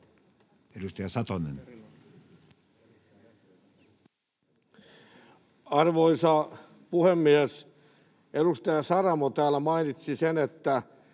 15:47 Content: Arvoisa puhemies! Edustaja Saramo täällä mainitsi, mitkä